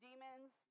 Demons